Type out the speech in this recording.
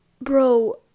bro